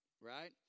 Right